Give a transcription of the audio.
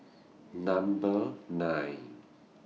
Number nine